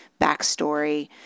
backstory